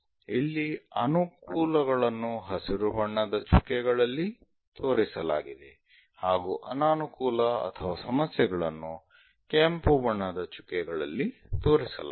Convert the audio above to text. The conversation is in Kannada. ಇಲ್ಲಿ ಅನುಕೂಲಗಳನ್ನು ಹಸಿರು ಬಣ್ಣದ ಚುಕ್ಕೆಗಳಲ್ಲಿ ತೋರಿಸಲಾಗಿದೆ ಹಾಗೂ ಅನಾನುಕೂಲ ಅಥವಾ ಸಮಸ್ಯೆಗಳನ್ನು ಕೆಂಪು ಬಣ್ಣದ ಚುಕ್ಕೆಗಳಲ್ಲಿ ತೋರಿಸಲಾಗಿದೆ